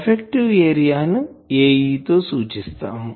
effective area ను Ae తో సూచిస్తాము